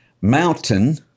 Mountain